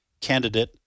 candidate